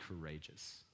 courageous